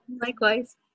Likewise